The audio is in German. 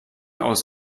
aus